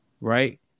right